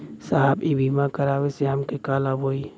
साहब इ बीमा करावे से हमके का लाभ होई?